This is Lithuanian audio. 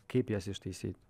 kaip jas ištaisyti